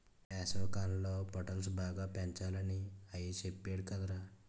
వేసవికాలంలో పొటల్స్ బాగా పెంచాలని అయ్య సెప్పేడు కదరా